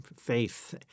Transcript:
faith